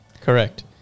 Correct